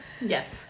Yes